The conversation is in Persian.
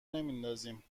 نمیندازیم